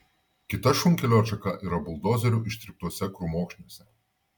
kita šunkelio atšaka yra buldozerių ištryptuose krūmokšniuose